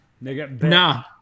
nah